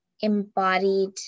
embodied